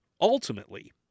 Ultimately